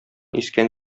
искән